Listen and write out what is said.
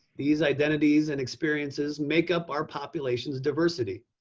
these identities and experiences make up our population's diversity.